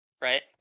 right